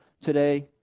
today